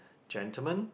gentlemen